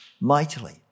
mightily